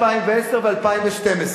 2010 ו-2012,